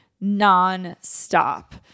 non-stop